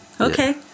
Okay